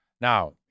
Now